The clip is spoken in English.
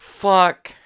fuck